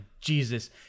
Jesus